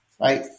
right